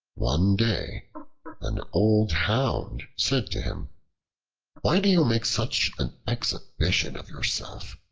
one day an old hound said to him why do you make such an exhibition of yourself?